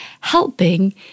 helping